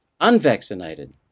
unvaccinated